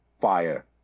Fire